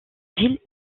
ville